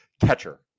catcher